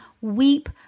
weep